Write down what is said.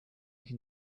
can